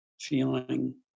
feeling